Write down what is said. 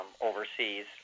overseas